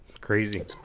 crazy